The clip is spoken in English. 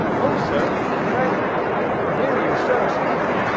hoa, sir, friend hear you. sir, speak.